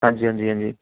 ਹਾਂਜੀ ਹਾਂਜੀ ਹਾਂਜੀ